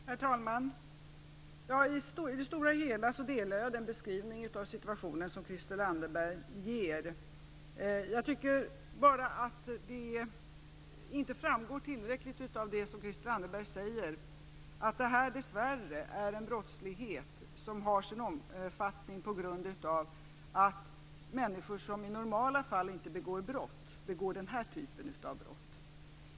Herr talman! I det stora hela delar jag den beskrivning av situationen som Christel Anderberg ger. Jag tycker bara att det inte framgår tillräckligt av det som hon säger att det här dess värre är en brottslighet som har sin omfattning på grund av att människor som i normala fall inte begår brott begår den här typen av brott.